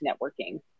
networking